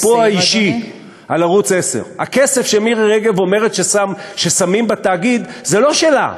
מכספו האישי על ערוץ 10. הכסף שמירי רגב אומרת ששמים בתאגיד הוא לא שלה,